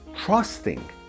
trusting